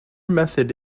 method